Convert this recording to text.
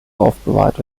aufbewahrt